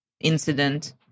incident